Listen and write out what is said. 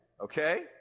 Okay